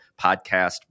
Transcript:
podcast